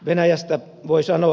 venäjästä voi sanoa